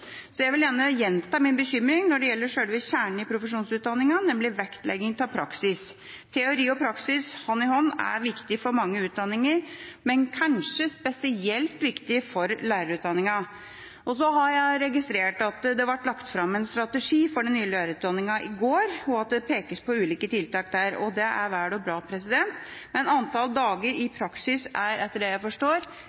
Så jeg vil gjerne gjenta min bekymring når det gjelder selve kjernen i profesjonsutdanningen, nemlig vektlegging av praksis. Teori og praksis hånd i hånd er viktig for mange utdanninger, men kanskje spesielt viktig for lærerutdanningen. Så har jeg registrert at det ble lagt fram en strategi for den nye lærerutdanningen i går, og at det pekes på ulike tiltak der. Det er vel og bra, men antall dager i